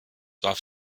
warf